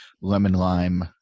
lemon-lime